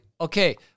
Okay